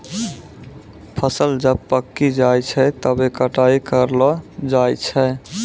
फसल जब पाक्की जाय छै तबै कटाई करलो जाय छै